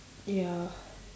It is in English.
ya